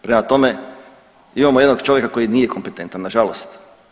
Prema tome, imamo jednog čovjeka koji nije kompetentan, nažalost.